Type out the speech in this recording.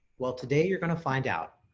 well, today you're going to find out.